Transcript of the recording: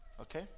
okay